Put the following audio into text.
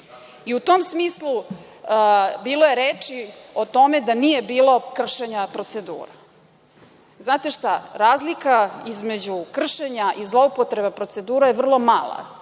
tom smislu, bilo je reči o tome da nije bilo kršenja procedura. Razlika između kršenja i zloupotreba procedura je vrlo mala,